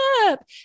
up